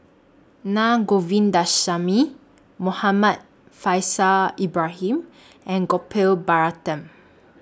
Naa Govindasamy Muhammad Faishal Ibrahim and Gopal Baratham